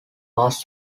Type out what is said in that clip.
pass